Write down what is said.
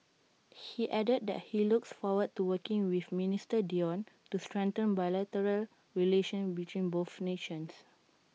he added that he looks forward to working with minister Dione to strengthen bilateral relations between both nations